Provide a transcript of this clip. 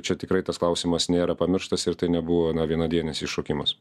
čia tikrai tas klausimas nėra pamirštas ir tai nebuvo vienadienis iššokimas